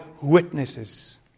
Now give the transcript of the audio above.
witnesses